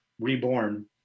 reborn